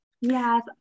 Yes